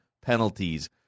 penalties